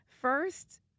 first